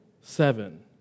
seven